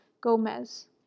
Gomez